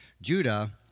Judah